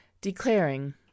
declaring